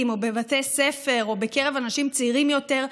או בבתי ספר או בקרב אנשים צעירים יותר,